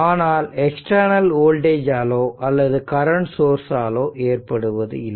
ஆனால் external voltage ஆலோ அல்லது கரண்ட் சோர்ஸ்சாலோ ஏற்படுவதில்லை